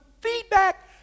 feedback